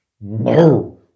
No